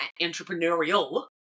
entrepreneurial